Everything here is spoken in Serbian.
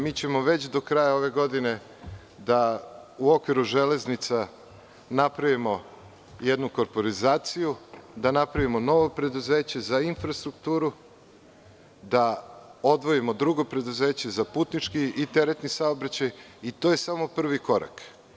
Mi ćemo već do kraja ove godine da u okviru Železnica napravimo jednu korporizaciju, da napravimo novo preduzeće za infrastrukturu, da odvojimo drugo preduzeće za putnički i teretni saobraćaj i to je samo prvi korak.